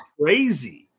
Crazy